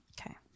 Okay